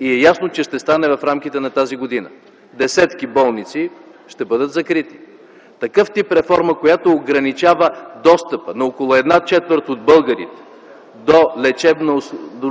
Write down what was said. и е ясно, че ще стане в рамките на тази година – десетки болници ще бъдат закрити. Такъв тип реформа, която ограничава достъпа на около една четвърт българи до